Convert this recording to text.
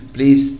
Please